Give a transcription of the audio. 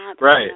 Right